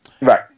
Right